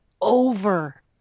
over